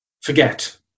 forget